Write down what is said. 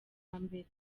mbere